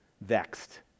Vexed